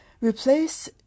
Replace